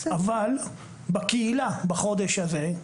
אבל בקהילה בחודש הזה,